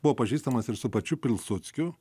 buvo pažįstamas ir su pačiu pilsudskiu